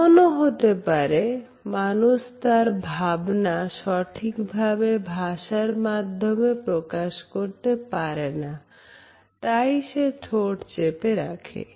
এমনও হতে পারে মানুষ তার ভাবনা সঠিকভাবে ভাষার মাধ্যমে প্রকাশ করতে পারে না তাই সে ঠোঁট চেপে রাখে